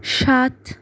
সাত